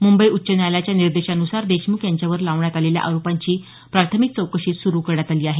मुंबई उच्च न्यायालयाच्या निर्देशानुसार देशमुख यांच्यावर लावण्यात आलेल्या आरोपांची प्राथमिक चौकशी सुरु करण्यात आली आहे